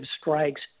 strikes